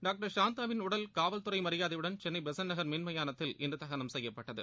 doctor சாந்தாவின் உடல் காவல்துறை மரியாதையுடன் சென்னை பெசன்ட் நகர் மின் மயானத்தில் இன்று தகனம் செய்யப்பட்டது